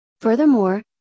furthermore